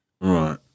Right